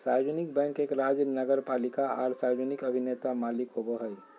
सार्वजनिक बैंक एक राज्य नगरपालिका आर सार्वजनिक अभिनेता मालिक होबो हइ